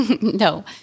No